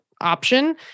option